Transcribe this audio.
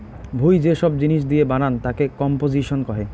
ভুঁই যে সব জিনিস দিয়ে বানান তাকে কম্পোসিশন কহে